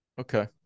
Okay